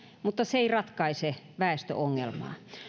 mutta se ei ratkaise väestöongelmaa